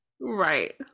Right